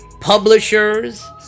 publishers